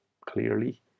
clearly